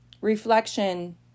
Reflection